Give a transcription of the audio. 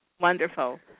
Wonderful